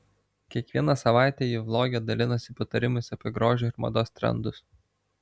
kiekvieną savaitę ji vloge dalinasi patarimais apie grožio ir mados trendus